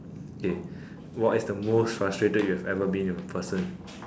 okay what is the most frustrated you've ever been with a person